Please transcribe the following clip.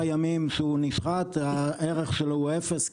ימים שהוא נשחט הערך שלו יורד לאפס,